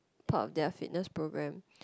part of their fitness programme